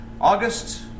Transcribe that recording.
August